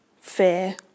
fear